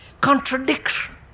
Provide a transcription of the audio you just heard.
contradiction